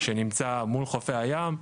שנמצא מול חופי הים.